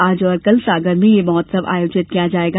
आज और कल सागर में यह महोत्सव आयोजित किया जायेगा